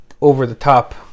over-the-top